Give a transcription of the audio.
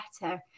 better